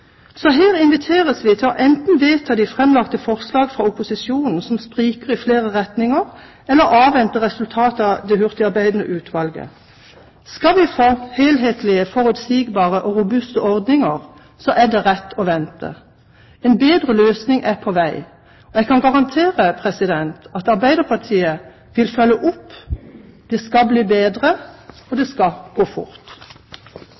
Så her inviteres vi til enten å vedta det framlagte forslag fra opposisjonen som spriker i flere retninger, eller avvente resultatet av det hurtigarbeidende utvalget. Skal vi få helhetlige, forutsigbare og robuste ordninger, så er det rett å vente. En bedre løsning er på vei. Jeg kan garantere at Arbeiderpartiet vil følge opp, det skal bli bedre, og